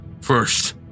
First